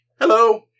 Hello